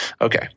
Okay